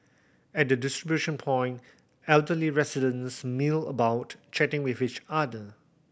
at the distribution point elderly residents mill about chatting with each other